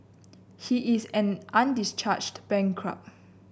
he is an undischarged bankrupt